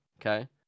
okay